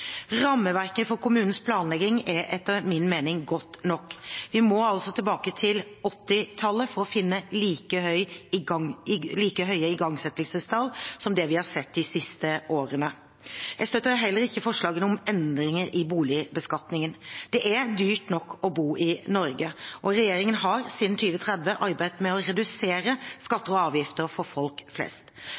Rammeverket for kommunenes planlegging er etter min mening godt nok. Vi må tilbake til 1980-tallet for å finne like høye igangsettelsestall som det vi har sett de siste årene. Jeg støtter heller ikke forslagene om endringer i boligbeskatningen. Det er dyrt nok å bo i Norge, og regjeringen har siden 2013 arbeidet med å redusere skatter og avgifter for folk flest.